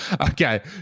Okay